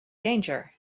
danger